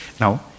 Now